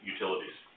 Utilities